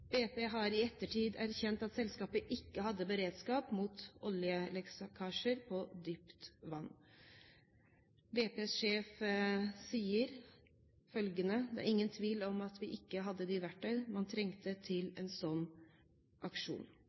BP har i ettertid erkjent at selskapet ikke hadde beredskap for oljelekkasjer på dypt vann. BPs sjef sier følgende: Det er ingen tvil om at vi ikke hadde det verktøyet man trengte til en sånn aksjon.